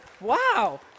Wow